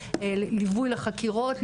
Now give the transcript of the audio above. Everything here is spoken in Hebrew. ליווי לחקירות,